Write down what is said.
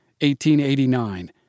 1889